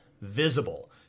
visible